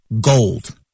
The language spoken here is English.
Gold